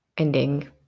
Ending